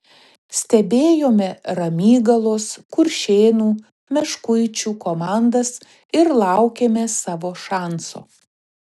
stebėjome ramygalos kuršėnų meškuičių komandas ir laukėme savo šanso